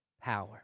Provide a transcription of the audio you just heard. power